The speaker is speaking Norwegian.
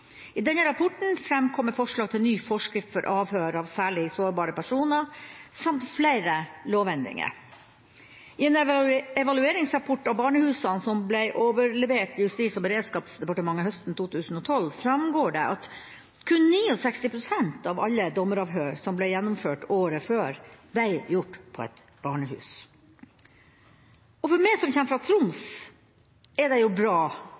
I denne rapporten framkommer forslag til ny forskrift for avhør av særlig sårbare personer samt flere lovendringer. I en evalueringsrapport om barnehusene som ble overlevert Justis- og beredskapsdepartementet høsten 2012, framgår det at kun 69 pst. av alle dommeravhør som ble gjennomført året før, ble gjort på et barnehus. For meg som kommer fra Troms, er det bra